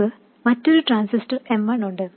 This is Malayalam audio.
നമുക്ക് മറ്റൊരു ട്രാൻസിസ്റ്റർ M1 ഉണ്ട്